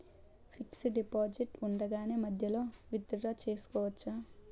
Fixed deposit ఉండగానే మధ్యలో withdraw చేసుకోవచ్చా?